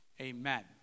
Amen